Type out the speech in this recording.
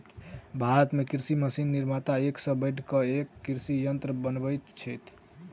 भारत मे कृषि मशीन निर्माता एक सॅ बढ़ि क एक कृषि यंत्र बनबैत छथि